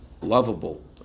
lovable